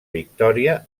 victòria